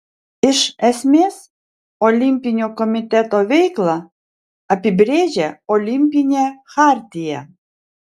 iš esmės olimpinio komiteto veiklą apibrėžia olimpinė chartija